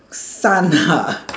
sun ha